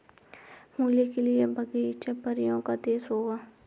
मूली के लिए बगीचा परियों का देश होगा